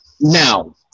now